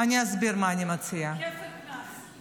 אני אסביר מה אני מציעה -- כפל קנס,